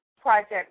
Project